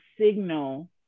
signal